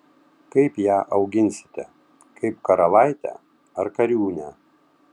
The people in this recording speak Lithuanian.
kaip ją auginsite kaip karalaitę ar kariūnę